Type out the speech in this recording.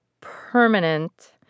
permanent